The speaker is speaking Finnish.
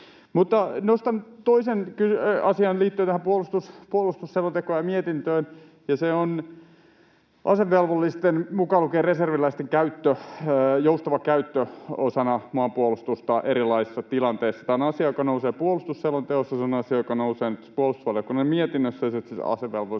nostan toisen asian liittyen tähän puolustusselontekoon ja mietintöön, ja se on asevelvollisten — mukaan lukien reserviläisten — joustava käyttö osana maanpuolustusta erilaisissa tilanteissa. Tämä on asia, joka nousee puolustusselonteossa, ja se on asia, joka nousee nyt tässä puolustusvaliokunnan mietinnössä ja sitten myös